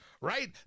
right